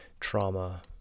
trauma